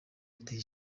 ati